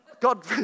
God